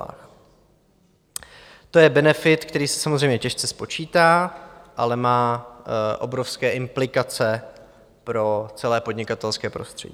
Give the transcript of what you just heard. To je benefit, který se samozřejmě těžce spočítá, ale má obrovské implikace pro celé podnikatelské prostředí.